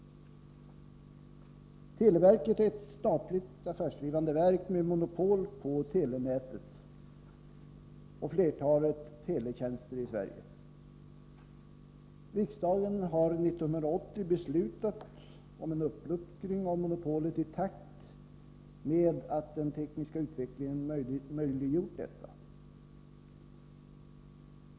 Televerket är ett statligt affärsdrivande verk med monopol på telenätet och flertalet teletjänster i Sverige. Riksdagen har 1980 beslutat om en uppluckring av monopolet i takt med att den tekniska utvecklingen möjliggjort detta.